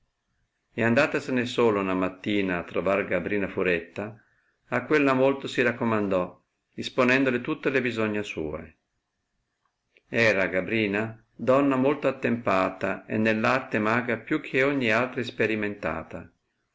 ed andatasene sola una mattina a trovar gabrina furetta a quella molto si raccomandò isponendole tutte le bisogna sue era gabrina donna molto attempata e nell'arte maga più che ogni altra isperimentata